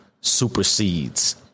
supersedes